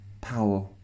power